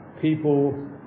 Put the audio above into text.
people